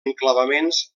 enclavaments